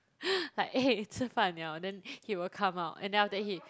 like eh 吃饭了 then he will come out and then after that he